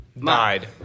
Died